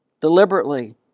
deliberately